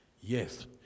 yes